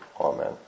Amen